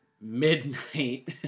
midnight